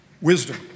Wisdom